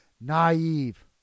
naive